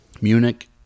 Munich